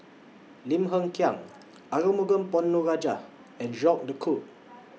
Lim Hng Kiang Arumugam Ponnu Rajah and Jacques De Coutre